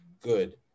good